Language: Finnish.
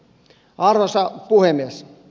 arvoisa puhemies